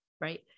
Right